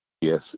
yes